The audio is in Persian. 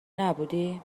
نبودی